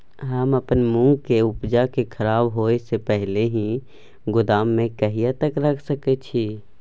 हम अपन मूंग के उपजा के खराब होय से पहिले ही गोदाम में कहिया तक रख सके छी?